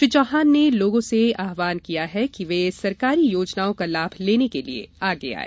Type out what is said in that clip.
श्री चौहान ने लोगों से आव्हान किया कि वे सरकारी योजनाओं का लाभ लेने के लिए आगे आये